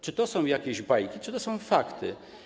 Czy to są jakieś bajki, czy to są fakty?